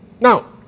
Now